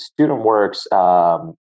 StudentWorks